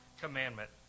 Commandment